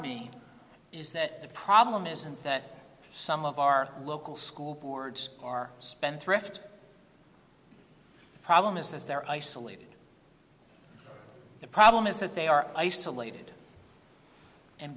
me is that the problem isn't that some of our local school boards are spendthrift problem is that they're isolated the problem is that they are isolated and